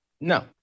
No